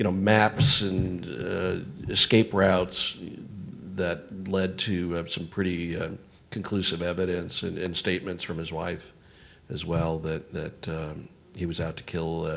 you know maps and escape routes that led to some pretty conclusive evidence and and statements from his wife as well, that that he was out to kill,